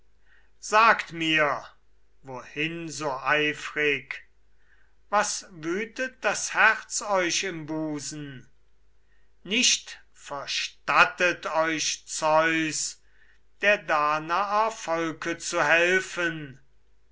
sagt mir wohin so eifrig was wütet das herz euch im busen nicht verstattet euch zeus der danaer volke zu helfen